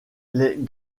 les